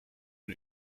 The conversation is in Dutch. een